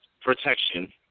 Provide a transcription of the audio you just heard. protection